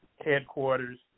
headquarters